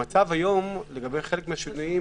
המצב ביום לגבי חלק מהשינויים,